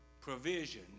Provision